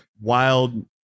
wild